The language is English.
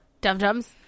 dum-dums